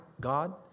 God